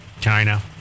China